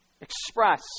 express